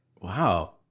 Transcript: Wow